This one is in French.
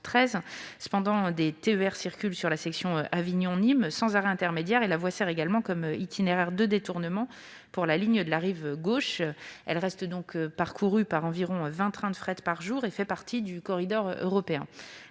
Cependant, des TER circulent sur la section Avignon-Nîmes, sans arrêts intermédiaires ; la voie sert également d'itinéraire de détournement pour la ligne de la rive gauche. Elle reste parcourue par environ vingt trains de fret par jour et fait partie d'un corridor européen.